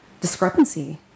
discrepancy